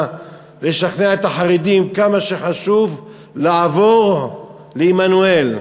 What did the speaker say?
לשכנע את החרדים כמה חשוב לעבור לעמנואל.